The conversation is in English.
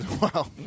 Wow